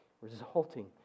resulting